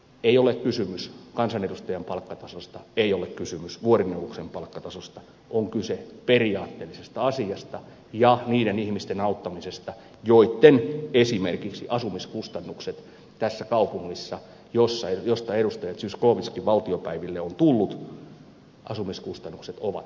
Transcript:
ei ole kysymys kansanedustajan palkkatasosta ei ole kysymys vuorineuvoksen palkkatasosta on kyse periaatteellisesta asiasta ja niiden ihmisten auttamisesta joitten esimerkiksi asumiskustannukset tässä kaupungissa josta edustaja zyskowiczkin valtiopäiville on tullut ovat korkeat